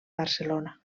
barcelona